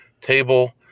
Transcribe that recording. table